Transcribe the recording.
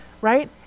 Right